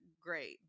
Great